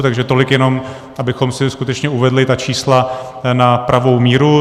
Takže tolik jenom, abychom si skutečně uvedli ta čísla na pravou míru.